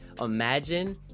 imagine